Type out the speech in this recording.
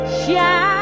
shine